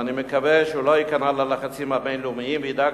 ואני מקווה שהוא לא ייכנע ללחצים הבין-לאומיים וידאג